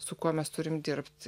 su kuo mes turim dirbt